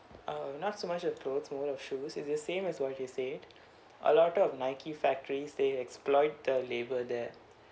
uh not so much of clothes more of shoes is the same as what you said a lot of Nike factories they exploit the labour there